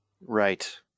Right